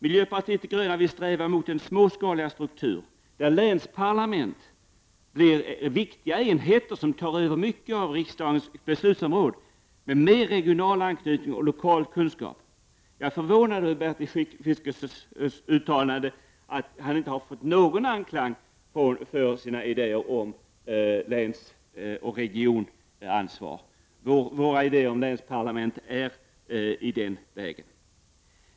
Miljöpartiet de gröna vill sträva mot en småskaligare struktur där länsparlament blir viktiga enheter som tar över mycket av riksdagens beslutsområde med mer regional anknytning och lokal kunskap. Jag är förvånad över Bertil Fiskesjös uttalande, att han inte har fått någon anklang för sina idéer om länsoch regionansvar. Våra idéer om länsparlament är något i den vägen.